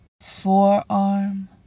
forearm